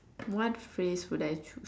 what phrase would I choose